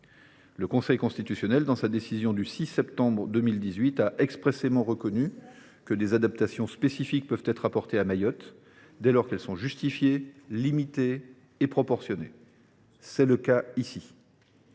Le Conseil constitutionnel, dans sa décision du 6 septembre 2018, a expressément reconnu que des adaptations spécifiques peuvent être apportées à Mayotte, dès lors qu’elles sont justifiées, limitées et proportionnées. C’est bien le cas ici.